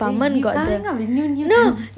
wait you coming up with new new things